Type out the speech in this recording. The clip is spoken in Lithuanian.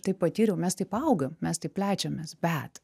tai patyriau mes taip augam mes taip plečiamės bet